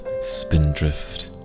spindrift